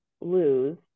lose